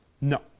No